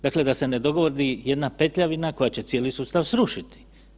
Dakle, da se ne dogodi jedna petljavina koja će cijeli sustav srušiti.